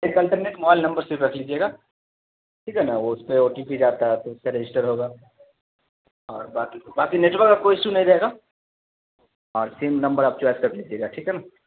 ایک alternate mobile number صرف رکھ لیجیے گا ٹھیک ہے نا وہ اس میں او ٹی پی جاتا ہے تو اس کا رجسٹر ہوگا اور باقی تو باقی نیٹورک کا کوئی ایشو نہیں رہے گا اور سیم نمبر آپ چوائس کر لیجیے گا ٹھیک ہے نا